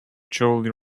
jolly